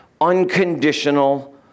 unconditional